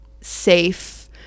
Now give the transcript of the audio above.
safe